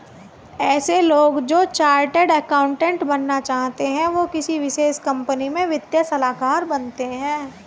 ऐसे लोग जो चार्टर्ड अकाउन्टन्ट बनना चाहते है वो किसी विशेष कंपनी में वित्तीय सलाहकार बनते हैं